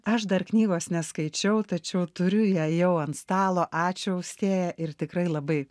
aš dar knygos neskaičiau tačiau turiu ją jau ant stalo ačiū austėja ir tikrai labai